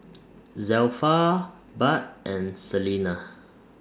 Zelpha Bud and Salena